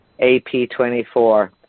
AP24